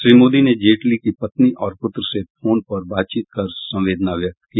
श्री मोदी ने जेटली की पत्नी और पुत्र से फोन पर बातचीत कर संवेदना व्यक्त की